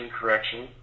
correction